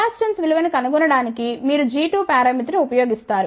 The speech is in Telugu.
కెపాసిటెన్స్ విలువ ను కనుగొనడానికి మీరు g2 పరామితి ని ఉపయోగిస్తారు